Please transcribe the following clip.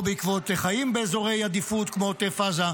בעקבות חיים באזורי עדיפות כמו עוטף עזה,